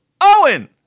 Owen